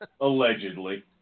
Allegedly